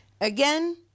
Again